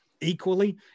Equally